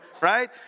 right